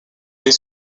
les